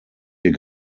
hier